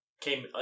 Came